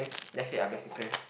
that's it lah basically